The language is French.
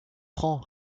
francs